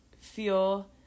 feel